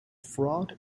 fraud